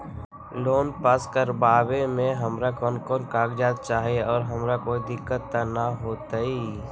Loan pass करवावे में हमरा कौन कौन कागजात चाही और हमरा कोई दिक्कत त ना होतई?